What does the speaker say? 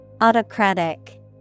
Autocratic